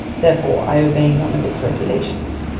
therefore i obey none of its regulations,